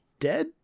Dead